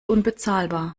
unbezahlbar